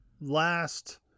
last